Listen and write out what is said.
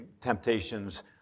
temptations